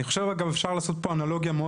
אני חושב שאפשר לעשות פה אנלוגיה מאוד